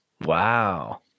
Wow